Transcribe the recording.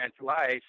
life